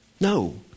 no